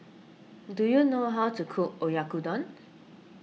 do you know how to cook Oyakodon